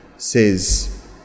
says